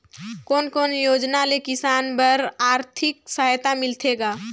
कोन कोन योजना ले किसान बर आरथिक सहायता मिलथे ग?